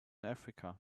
africa